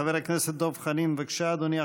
חבר הכנסת דב חנין, בבקשה, אדוני.